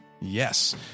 Yes